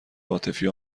عاطفی